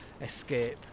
escape